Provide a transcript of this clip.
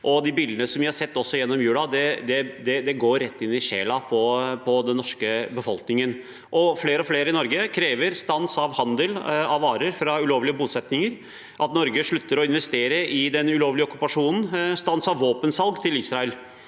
de bildene vi har sett, også gjennom julen, går rett inn i sjelen på den norske befolkningen. Flere og flere i Norge krever stans av handel av varer fra ulovlige bosetninger, at Norge slutter å investere i den ulovlige okkupasjonen, og stans av våpensalg til Israel.